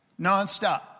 nonstop